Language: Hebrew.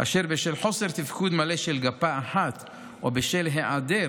אשר בשל חוסר תפקוד מלא של גפה אחת או בשל היעדר